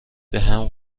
بهم